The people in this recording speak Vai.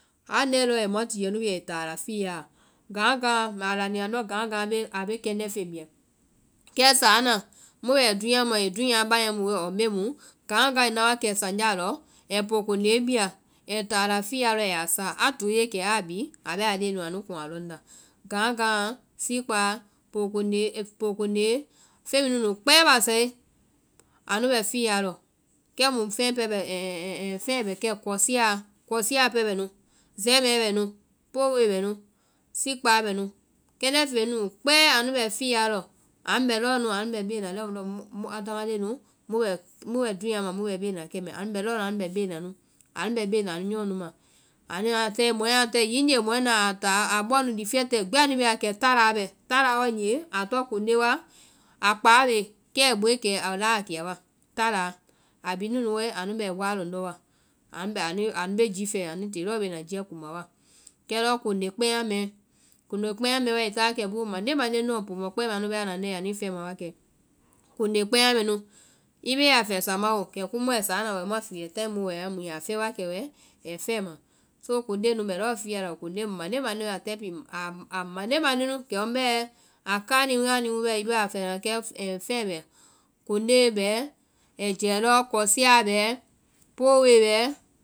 A nae lɔɔ ai muã tiɛɛ nu bia ai taa la fiyaɔ. Gaãgaã, mbɛ a laŋ ni andɔ gaãgaã a bee kɛndɛ́ feŋ bia, kɛ sáana mu bɛ wɛ dúunya muɔ, ee dúunya a baŋɛ mu woe ɔɔ mbɛ mu, gaãgaã i na wa kɛ sanjáa lɔ ai poo konde bia, ai táa la fiyaɔ lɔ a ya sa, a toie kɛ aa bi a bɛ aa leŋɛ nu kuŋ a lɔŋ nda. Gaãgaã, sikpaa, poo konde, poo konde. feŋ bhii nu nu kpɛɛ basae anu bɛ fiya lɔ. Kɛ mu feŋɛ pɛɛ bɛ, feŋɛ <> feŋɛ bɛ kɛ, kɔsia, kɔsia pɛɛ bɛ nu, zɛmɛɛ bɛ nu, powoe bɛ nu, sikpaa bɛ nu, kɛndɛ́ feŋ mɛɛ nu nu kpɛɛ anu bɛ fiyaa lɔ. Anu bɛɛ nu anu bɛ bee na lɛi mu mu adama leŋɛ nu mu bɛ- mu bɛ dúunya mɛɛ mu bɛ bee na kɛ mɛɛ, anu bɛ lɔɔ nu anu bɛ bee nu, anu bɛ bee na nyɔ nu ma. Anua fɛe, mɔɛ a fɛe, hiŋi gee mɔɛ na a táa, a bɔɔ nu lifiɛ tɛ gbi anui bee wa kɛ, tálaa bɛ, tálaa waigee a tɔŋ konde wa a kpáa bee, kɛ ai bokɛ a laa kiya wa, tálaa a bee nunu wai anu bɛ waa lɔndɔ́ wa. Anu bee ji fɛɛ, anui tee lɔɔ bee na jiɛ kuma wa. Kɛ lɔ konde kpɛma mɛɛ, konde kpɛma mɛɛ ai ta wa kɛ boo mande mande lɔ, pomɔɔ kpɛmaã nu bɛɛ anda nae anuĩ fɛma wa kɛ. Konde kpɛma mɛnu i be a fɛɛ samao, kɛ kiimu wa saana wa mu ya fɛɛ wa kɛ ɛi fɛma, so konde nu bɛ lɔɔ fiya lɔ, a mande mande nu, a kɛpi- a mande mande nu. kɛmu bɛɛ kani kani nu bɛɛ i be a fɛma,<> kɛ fɛɛ bɛ, konde bɛɛ, ɛɛ jɛɛ lɔ kosia bɛɛ. powoe bɛɛ